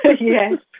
Yes